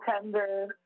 tender